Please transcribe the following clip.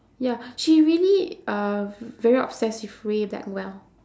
ya she really uh very obsessed with ray blackwell